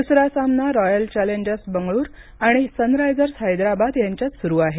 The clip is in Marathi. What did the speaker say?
दुसरा सामना रॉयल चॅलेंजर बंगळूर आणि सनरायझर्स हैदराबाद यांच्यात सुरू आहे